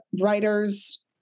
writers